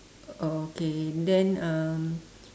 oh okay then um